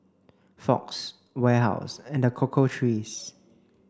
Fox Warehouse and The Cocoa Trees